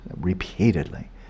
repeatedly